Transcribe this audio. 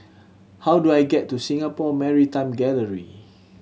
how do I get to Singapore Maritime Gallery